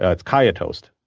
ah it's kaya toast.